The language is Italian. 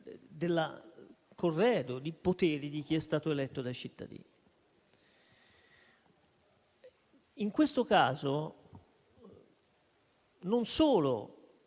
del corredo di poteri di chi è stato eletto dai cittadini. In questo caso, non solo